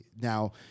now